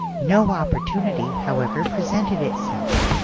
no opportunity, however, presented itself,